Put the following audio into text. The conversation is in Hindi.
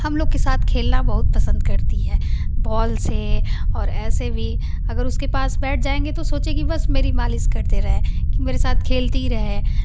हम लोग के साथ खेलना बहुत पसंद करती है बाल से और ऐसे भी अगर उसके पास बैठ जाएंगे तो सोचेगी कि बस मेरी मालिश करती रहे की मेरे साथ खेलती रहे